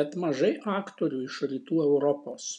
bet mažai aktorių iš rytų europos